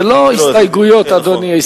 זה לא הסתייגויות, אדוני.